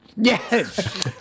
Yes